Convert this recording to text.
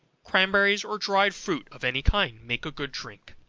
cranberries, or dried fruit of any kind, make a good drink.